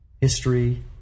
history